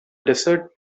desert